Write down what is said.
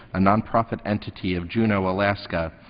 a nonprofit entity of juneau, alaska,